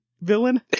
villain